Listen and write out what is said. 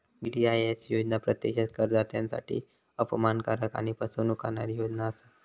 VDIS योजना प्रत्यक्षात करदात्यांसाठी अपमानकारक आणि फसवणूक करणारी योजना असा